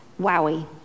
Wowie